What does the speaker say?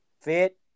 fit